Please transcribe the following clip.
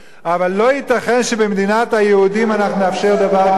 אבל לא ייתכן שבמדינת היהודים אנחנו נאפשר דבר כזה.